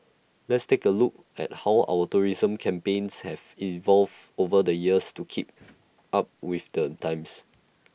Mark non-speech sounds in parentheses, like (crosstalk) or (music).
let's take A look at how our tourism campaigns have evolved over the years to keep (noise) up with the times